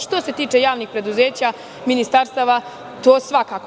Što se tiče javnih preduzeća, ministarstava, to svakako.